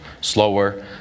slower